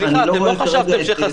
אני לא רואה כרגע את כולם